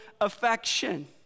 affection